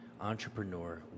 entrepreneur